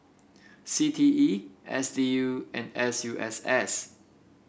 C T E S D U and S U S S